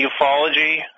ufology